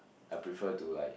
I prefer to like